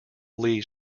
leads